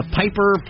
piper